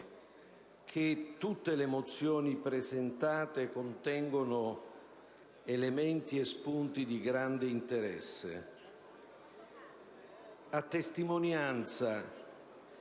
che tutte le mozioni presentate contengono elementi e spunti di grande interesse, a testimonianza